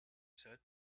said